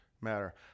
matter